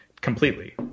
completely